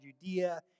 Judea